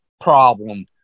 problem